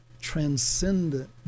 transcendent